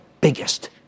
biggest